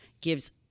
gives